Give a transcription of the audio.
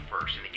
first